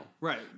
Right